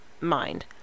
mind